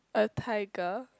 a tiger